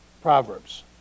Proverbs